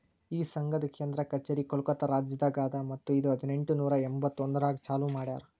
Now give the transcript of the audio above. ಈ ಸಂಘದ್ ಕೇಂದ್ರ ಕಚೇರಿ ಕೋಲ್ಕತಾ ರಾಜ್ಯದಾಗ್ ಅದಾ ಮತ್ತ ಇದು ಹದಿನೆಂಟು ನೂರಾ ಎಂಬತ್ತೊಂದರಾಗ್ ಚಾಲೂ ಮಾಡ್ಯಾರ್